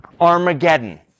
Armageddon